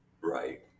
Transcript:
Right